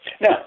Now